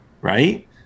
right